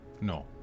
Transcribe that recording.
No